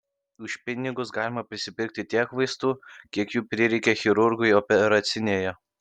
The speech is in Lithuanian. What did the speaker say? už pinigus galima prisipirkti tiek vaistų kiek jų prireikia chirurgui operacinėje